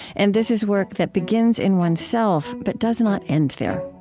and this is work that begins in oneself, but does not end there